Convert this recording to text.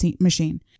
machine